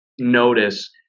notice